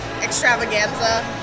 extravaganza